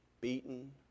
beaten